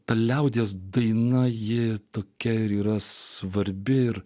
ta liaudies daina ji tokia ir yra svarbi ir